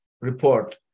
report